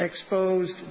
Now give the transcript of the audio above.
Exposed